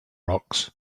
rocks